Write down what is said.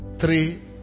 three